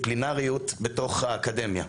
אינטרדיסציפלינריות בתוך האקדמיה.